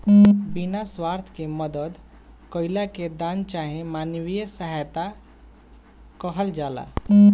बिना स्वार्थ के मदद कईला के दान चाहे मानवीय सहायता कहल जाला